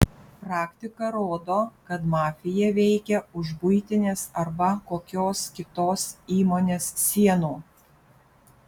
praktika rodo kad mafija veikia už buitinės arba kokios kitos įmonės sienų